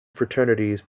fraternities